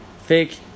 fake